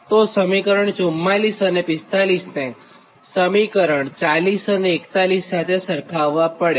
તો સમીકરણ 44 અને 45 ને સમીકરણ 40 અને 41 સાથે સરખાવ્વા પડે